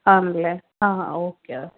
ആണല്ലേ ആ ഒക്കെ